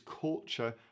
culture